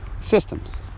systems